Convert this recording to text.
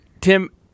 Tim